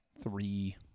three